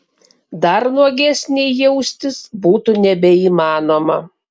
dar nuogesnei jaustis būtų nebeįmanoma